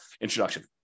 introduction